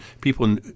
people